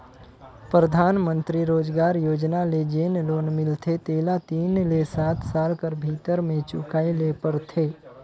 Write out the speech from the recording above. परधानमंतरी रोजगार योजना ले जेन लोन मिलथे तेला तीन ले सात साल कर भीतर में चुकाए ले परथे